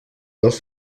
dels